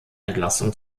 entlassung